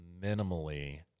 minimally